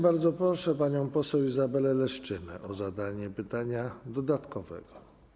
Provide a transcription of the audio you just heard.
Bardzo proszę panią poseł Izabelę Leszczynę o zadanie pytania dodatkowego.